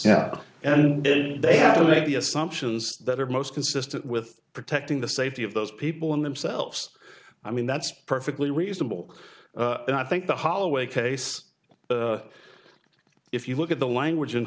yeah and then they have to make the assumptions that are most consistent with protecting the safety of those people and themselves i mean that's perfectly reasonable and i think the holloway case if you look at the language in